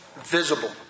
visible